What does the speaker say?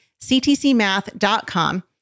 CTCMath.com